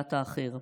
וקבלת האחר.